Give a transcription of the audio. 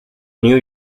new